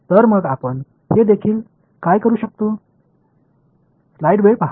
तर मग आपण हे आणखी काय करू शकतो